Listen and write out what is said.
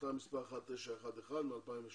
החלטה מספר 1911 מ-2016.